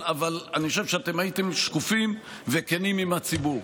אבל אני חושב שאתם הייתם שקופים וכנים עם הציבור.